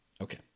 Okay